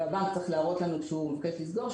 הבנק צריך להראות לנו שהוא מבקש לסגור,